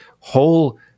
whole